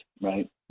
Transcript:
right